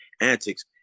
antics